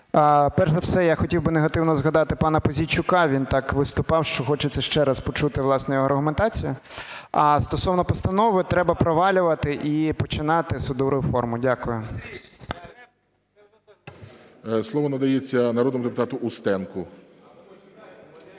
Перш за все, я хотів би негативно згадати пана Пузійчука, він так виступав, що хочеться ще раз почути, власне, його аргументацію. А стосовно постанови треба провалювати і починати судову реформу. Дякую. ГОЛОВУЮЧИЙ. Слово надається народному депутату Устенку.